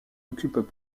occupent